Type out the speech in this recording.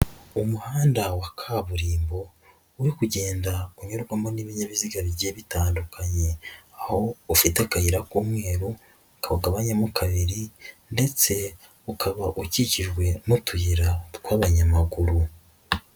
Umuhanda wa kaburimbo uri kugenda unyurwamo n'ibinyabiziga bigiye bitandukanye aho ufite akayira k'umweru kawugabanyamo kabiri ndetse ukaba ukikijwe n'utuyira tw'abanyamaguru.